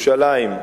ירושלים,